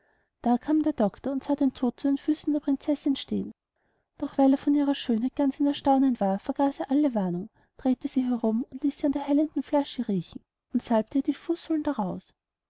da kam der doctor und sah den tod zu den füßen der prinzessin stehen doch weil er vor ihrer schönheit ganz in erstaunen war vergaß er alle warnung drehte sie herum und ließ sie an der heilenden flasche riechen und salbte ihr die fußsohlen daraus